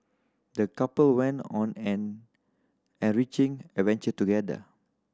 the couple went on an enriching adventure together